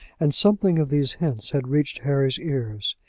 and something of these hints had reached harry's ears.